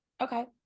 Okay